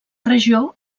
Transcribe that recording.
regió